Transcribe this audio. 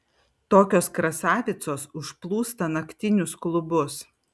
tokios krasavicos užplūsta naktinius klubus